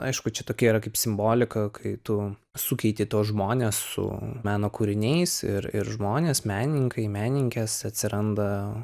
aišku čia tokia yra kaip simbolika kai tu sukeiti tuos žmones su meno kūriniais ir ir žmonės menininkai menininkės atsiranda